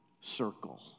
circle